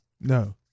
No